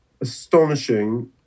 astonishing